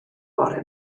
bore